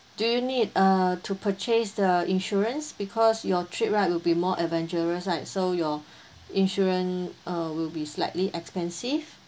do you need uh to purchase the insurance because your trip right will be more adventurous right so your insurance uh will be slightly expensive